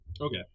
Okay